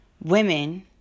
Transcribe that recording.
women